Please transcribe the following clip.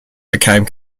became